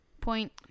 Point